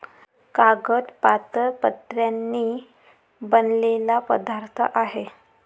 कागद पातळ पत्र्यांनी बनलेला पदार्थ आहे